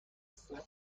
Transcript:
بخورم